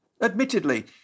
Admittedly